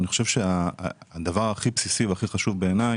אני חושב שהדבר הכי בסיסי והכי חשוב בעיניי,